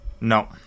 No